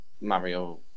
Mario